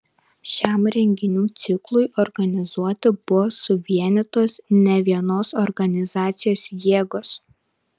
šiam renginių ciklui organizuoti buvo suvienytos nevienos organizacijos jėgos